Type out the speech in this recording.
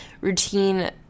routine